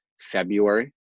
february